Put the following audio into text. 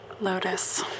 Lotus